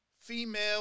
female